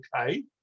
okay